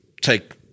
take